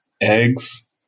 eggs